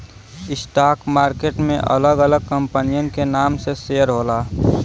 stock market में अलग अलग कंपनियन के नाम से शेयर होला